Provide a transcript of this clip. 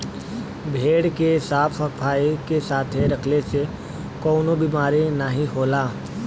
भेड़ के साफ सफाई के साथे रखले से कउनो बिमारी नाहीं होला